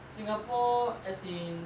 singapore as in